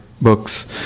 books